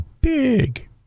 big